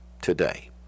today